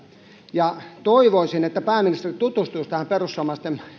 ja toivoisin että pääministeri tutustuisi tähän perussuomalaisten